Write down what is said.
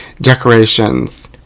decorations